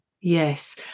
yes